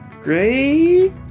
Great